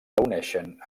reuneixen